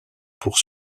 pour